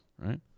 right